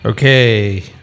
Okay